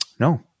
No